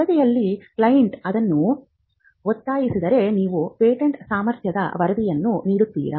ವರದಿಯಲ್ಲಿ ಕ್ಲೈಂಟ್ ಅದನ್ನು ಒತ್ತಾಯಿಸಿದರೆ ನೀವು ಪೇಟೆಂಟ್ ಸಾಮರ್ಥ್ಯದ ವರದಿಯನ್ನು ನೀಡುತ್ತೀರಿ